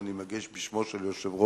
שאני מגיש בשמו של יושב-ראש